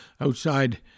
outside